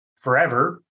forever